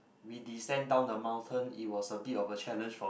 we descend down the mountain it was a bit of a challenge for